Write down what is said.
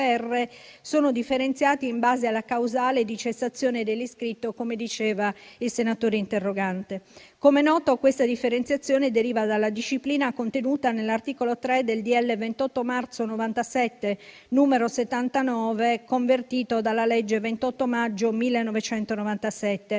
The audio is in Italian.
sono differenziati in base alla causale di cessazione dell'iscritto, come diceva il senatore interrogante. Come è noto, questa differenziazione deriva dalla disciplina contenuta nell'articolo 3 del decreto-legge 28 marzo 97, n. 79, convertito dalla legge 28 maggio 1997,